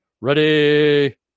Ready